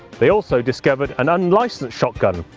they also discovered an unlicensed shotgun.